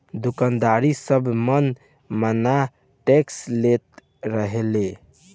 दुकानदार सब मन माना टैक्स लेत रहले